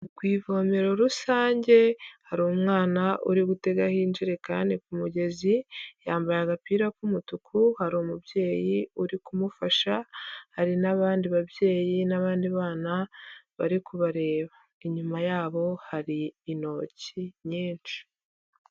Ni ku ivomero rusange, hari umwana uri gutegeho injereni ku mugezi, yambaye agapira k'umutuku, hari umubyeyi uri kumufasha, hari n'abandi babyeyi n'abandi bana bari kubareba, inyuma yabo hari intoki nyinshi.